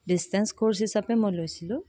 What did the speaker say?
distance course হিচাপে মই লৈছিলোঁ